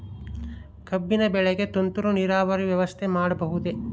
ಕಬ್ಬಿನ ಬೆಳೆಗೆ ತುಂತುರು ನೇರಾವರಿ ವ್ಯವಸ್ಥೆ ಮಾಡಬಹುದೇ?